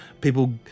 people